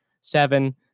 seven